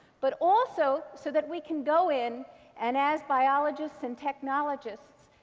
but also so that we can go in and, as biologists and technologists,